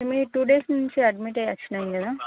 మేము two days నుంచి admit అయ్యి వచ్చాము కదా